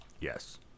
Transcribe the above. Yes